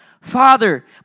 Father